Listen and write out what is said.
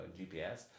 GPS